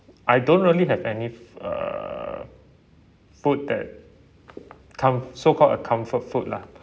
I don't really have any f~ uh foot that com~ so called a comfort food lah